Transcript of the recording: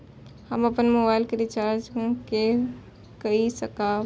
हम अपन मोबाइल के रिचार्ज के कई सकाब?